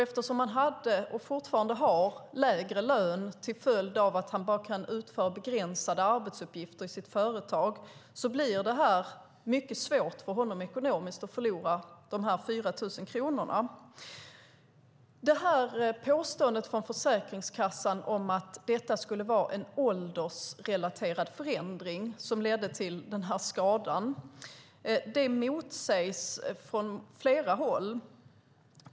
Eftersom han hade och fortfarande har lägre lön till följd av att han bara kan utföra begränsade arbetsuppgifter i företaget blir det mycket svårt för honom ekonomiskt att förlora de här 4 000 kronorna. Påståendet från Försäkringskassan, att det skulle vara en åldersrelaterad förändring som ledde till den här skadan, motsägs från flera håll.